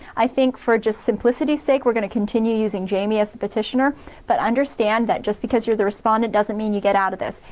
i think for just simplicity's sake, we're gonna continue using jamie as the petitioner but understand that just because you're the respondent, doesn't mean you get out of this.